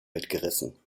mitgerissen